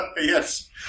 Yes